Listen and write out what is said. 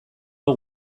hau